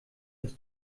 dass